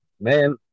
Man